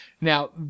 Now